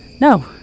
No